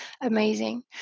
amazing